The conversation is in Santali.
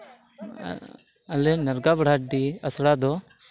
ᱟᱨ ᱟᱞᱮ ᱱᱟᱨᱜᱟ ᱵᱟᱲᱟᱰᱤ ᱟᱥᱲᱟ ᱫᱚ